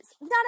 None